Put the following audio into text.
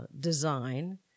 design